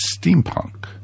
steampunk